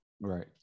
Right